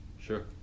Sure